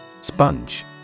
sponge